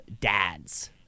Dads